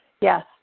yes